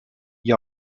gli